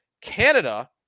Canada